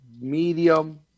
medium